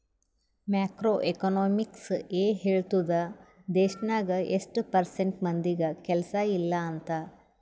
macro economics ಎ ಹೇಳ್ತುದ್ ದೇಶ್ನಾಗ್ ಎಸ್ಟ್ ಪರ್ಸೆಂಟ್ ಮಂದಿಗ್ ಕೆಲ್ಸಾ ಇಲ್ಲ ಅಂತ